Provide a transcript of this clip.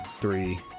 three